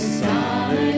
solid